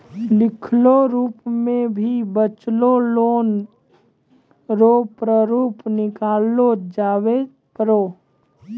लिखलो रूप मे भी बचलो लोन रो प्रारूप निकाललो जाबै पारै